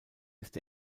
ist